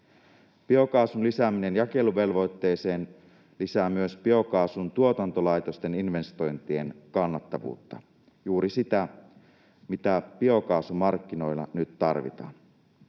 Biokaasun lisääminen jakeluvelvoitteeseen lisää myös biokaasun tuotantolaitosten investointien kannattavuutta — juuri sitä, mitä biokaasumarkkinoilla nyt tarvitaan.